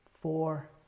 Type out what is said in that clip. four